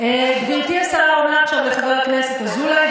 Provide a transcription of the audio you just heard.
גברתי השרה עונה עכשיו לחבר הכנסת אזולאי,